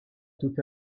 tout